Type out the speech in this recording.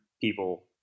people